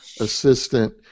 assistant